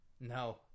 no